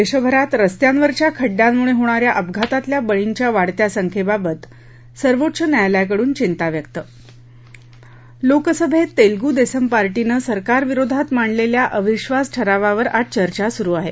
देशभरात रस्त्यांवरच्या खड्ड्यांमुळे होणा या अपघातातल्या बळींच्या वाढत्या संख्येबाबत सर्वोच्च न्यायालयाकडून चिंता व्यक्त लोकसभेत तेलगू देसम पार्टीनं सरकार विरोधात मांडलेल्या अविधास ठरावावर आज चर्चा सुरु आहे